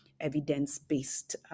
evidence-based